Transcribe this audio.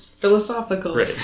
philosophical